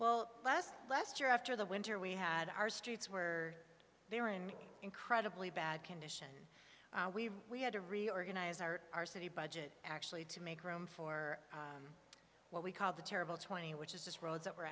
well last last year after the winter we had our streets were they were in incredibly bad condition we had to reorganize our our city budget actually to make room for what we called the terrible twenty which is this roads that were